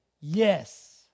yes